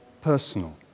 personal